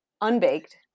unbaked